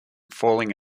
falling